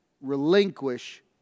relinquish